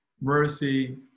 mercy